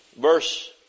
verse